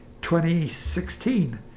2016